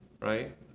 right